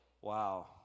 wow